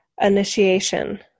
initiation